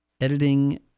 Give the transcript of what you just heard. editing